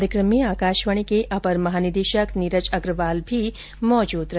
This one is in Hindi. कार्यक्रम में आकाशवाणी के अपर महानिदेशक नीरज अग्रवाल भी मौजूद रहे